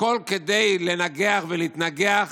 הכול כדי לנגח ולהתנגח